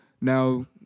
Now